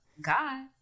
God